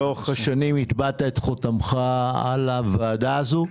לאורך השנים הטבעת את חותמך על הוועדה הזו.